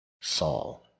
Saul